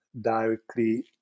directly